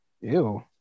Ew